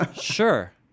sure